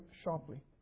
sharply